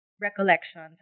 recollections